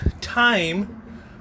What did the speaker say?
time